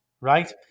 right